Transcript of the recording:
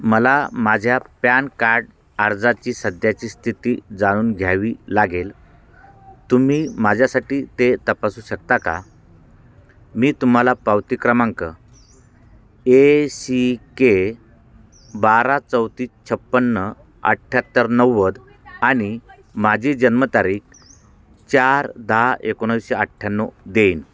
मला माझ्या PAN card आर्जाची सध्याची स्थिती जाणून घ्यावी लागेल तुम्ही माझ्यासाठी ते तपासू शकता का मी तुम्हाला पावती क्रमांक ए सी के बारा चौतीस छप्पन्न अठ्ठ्यात्तर नव्वद आणि माझी जन्मतारीख चार दहा एकोणाविसशे अठ्ठ्याण्णव देईन